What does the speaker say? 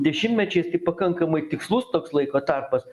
dešimtmečiais tai pakankamai tikslus toks laiko tarpas